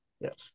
Yes